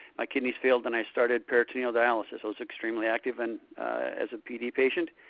my kidneys failed, and i started peritoneal dialysis. i was extremely active and as a pd patient,